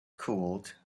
cooled